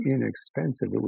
inexpensive